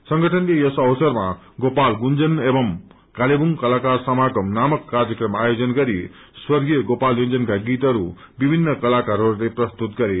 संगठनले यस अवसरमा गोपाल गुंजन एवं कालेबुङ कलाकार समागम नामक कार्यक्रम आयोजन गरि स्वग्प्रिय गोपाल यांजनका गीतहरू विभिन्न कलाकारहरूले प्रस्तुत गरे